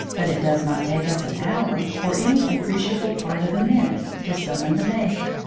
but it does not take us an hour, or any appreciable part of a minute, to summon the maid.